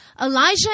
Elijah